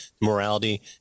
morality